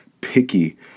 picky